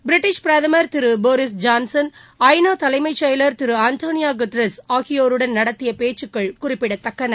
British பிரதமர் Thiru Boris Johnson ஐ நா தலைமைச்செயவர் திரு அன்டோனியோ குட்ரஸ் ஆகியோருடன் நடத்திய பேச்சு குறிப்பிடத்தக்கது